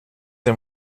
and